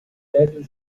d’aide